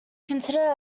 consider